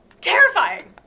Terrifying